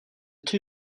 two